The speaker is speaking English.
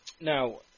Now